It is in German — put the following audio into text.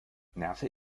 nerve